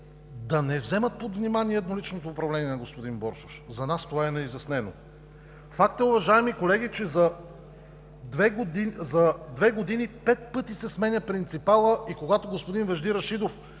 да не вземат под внимание едноличното управление на господин Боршош? За нас това е неизяснено! Факт е, уважаеми колеги, че за две години пет пъти се сменя принципалът и когато господин Вежди Рашидов